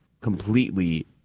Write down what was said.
completely